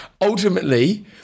ultimately